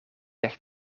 echt